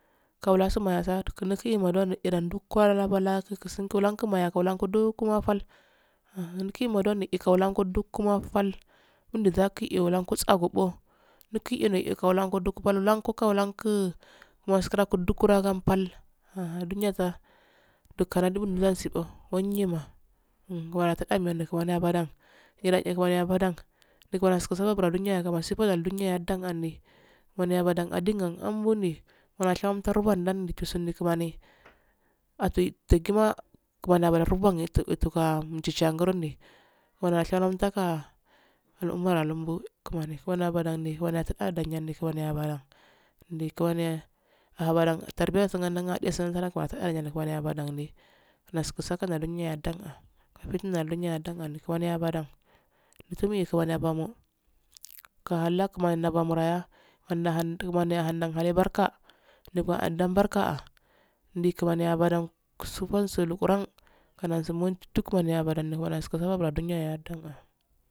Gade do ndau fudatuno fuwol fade ko, maguho shife yol fuwo duge wodugol ain yaye aza do noduya dasi ndau do haronko wuto ta wulfo tau fudafuwo diya woffu to dfudi fuwo diya ndau toh wusugunda ahgu nddau sugunda ahingo do hufoda furo nol fadewo dasi ndau siwanyo dasi gadenan fuda fuwo wose do dage nge dahe ko, asura aluye hakaza ndau siyalgayo th yarge heli sabtun ngada awasi sallahwo tcha woyan do dage thendahe nanko so yin yarse heli ndau ladawo he tchallayo we han sallah dise we tchallago dije udau udi nwoahnafcha so ndu giri gi challago dije tchallgo disi sumade ye ndu fuda fuwo roko ndau dili amei yafu basardodasi ndanda inshine yaye amne yafu yo da ndau shiburondo senyun lam disi nbadan ndan si danygurane gunda yen gade yo yen gunda yel saalte ndau shiba yo ndau kogsu ndau fudadanfudi rogade ju sadadan wanjudan yei askisu fodan ye igga gudan do gade do ndau sabtun ko sebtun nako so then yaege yehi gade ndau fudafuno ko ndau shayo hoo ndau se se no kishe ndau shibu tasaye ndau sewa yahe.